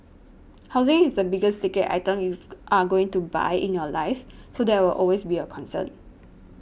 housing is the biggest ticket item you've are going to buy in your life so there will always be a concern